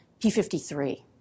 P53